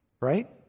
right